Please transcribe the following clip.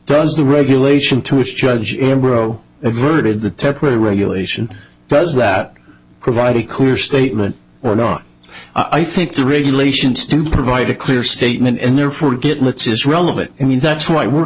does the regulation to is judge bro averted the temporary regulation does that provide a clear statement or not i think the regulations do provide a clear statement and therefore get lots is relevant and that's why we're